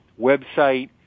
website